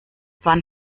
wann